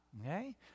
Okay